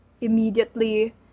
immediately